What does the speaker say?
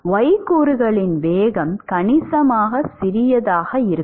y கூறுகளின் வேகம் கணிசமாக சிறியதாக இருக்கும்